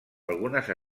algunes